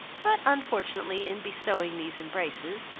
but unfortunately in bestowing these embraces,